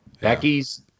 Becky's